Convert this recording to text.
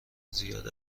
زیاد